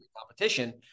competition